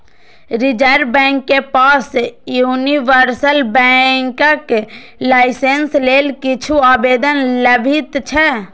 reserve bank के पास universal बैंकक लाइसेंस लेल किछु आवेदन लंबित छै